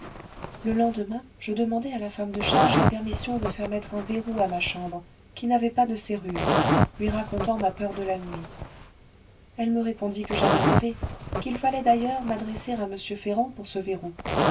le lendemain je demandai à la femme de charge la permission de faire mettre un verrou à ma chambre qui n'avait pas de serrure lui racontant ma peur de la nuit elle me répondit que j'avais rêvé qu'il fallait d'ailleurs m'adresser à m ferrand pour ce verrou